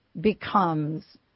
becomes